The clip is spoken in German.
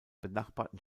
benachbarten